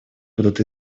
будут